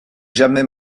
jamais